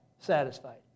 Satisfied